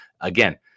Again